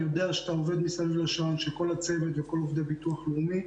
אני יודע שאתה עובד מסביב לשעון וגם כל הצוות וכל עובדי ביטוח לאומי.